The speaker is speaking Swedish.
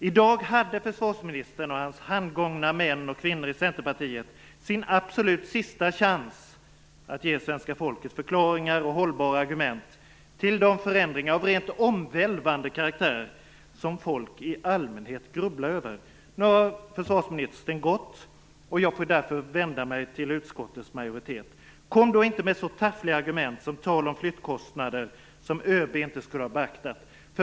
I dag hade försvarsministern och hans handgångna män och kvinnor i Centerpartiet sin absolut sista chans att ge svenska folket förklaringar och hållbara argument till de förändringar av rent omvälvande karaktär som människor i allmänhet grubblar över. Nu har försvarsministern gått, och jag får därför vända mig till utskottets majoritet. Kom då inte med så taffliga argument som tal om flyttkostnader som ÖB inte skulle ha beaktat!